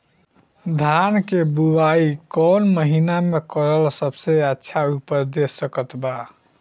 धान के बुआई कौन महीना मे करल सबसे अच्छा उपज दे सकत बा?